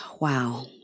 Wow